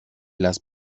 las